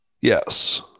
Yes